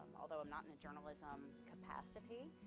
although i'm not in the journalism capacity,